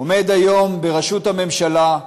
עומד היום בראשות הממשלה,